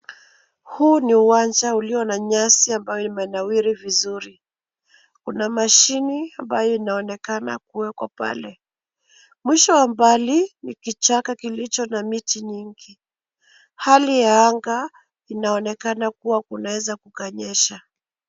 Huu ni uwanja ulio na nyasi ambayo imenawiri vizuri. Kuna mashine ambayo inaonekana kuweko pale. Mwisho wa mbali ni kichaka kilicho na miti mingi. Hali ya anga inaonekana kuwa kunaweza kukanyesha.